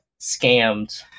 scammed